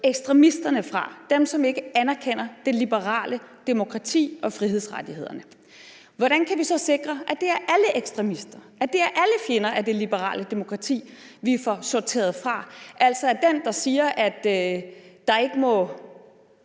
ekstremisterne fra, dem, som ikke anerkender det liberale demokrati og frihedsrettighederne, hvordan kan vi så sikre, at det er alle ekstremister, at det er alle fjender af det liberale demokrati, vi får sorteret fra? Nu var der f.eks. en, der hedder